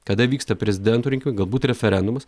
kada vyksta prezidento rinkimai galbūt referendumas